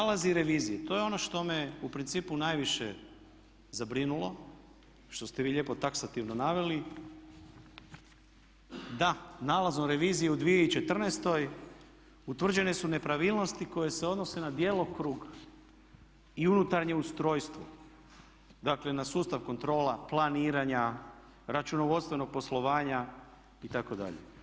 Nalazi revizije, to je on što me u principu najviše zabrinulo što ste vi lijepo taksativno naveli, da nalazom revizije u 2014. utvrđene su nepravilnosti koje se odnose na djelokrug i unutarnje ustrojstvo, dakle na sustav kontrola planiranja, računovodstvenog poslovanja itd.